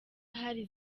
hari